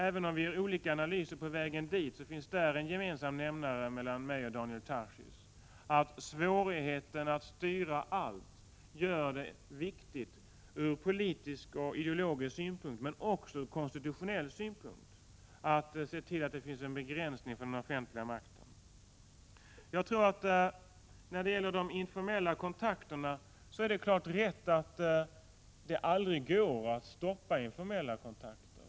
Även om vi gör olika analyser på vägen dit, tror jag att det där finns en gemensam nämnare mellan mig och Daniel Tarschys: svårigheten att styra allt gör det viktigt ur politisk och ideologisk synpunkt men också ur konstitutionell synpunkt att se till att det finns en begränsning för den offentliga makten. Sedan vill jag säga att jag inte tror att det går att stoppa informella kontakter.